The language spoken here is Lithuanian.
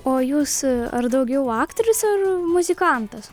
o jūsų ar daugiau aktorius ar muzikantas